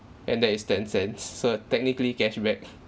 and that is ten cents so technically cashback